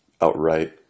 outright